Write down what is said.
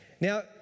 Now